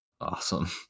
awesome